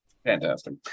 Fantastic